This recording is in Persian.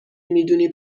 میدونی